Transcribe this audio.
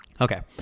Okay